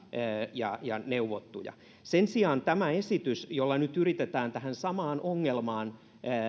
ja ja neuvottuja sen sijaan tämä esitys jolla nyt yritetään tähän samaan ongelmaan